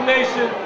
Nation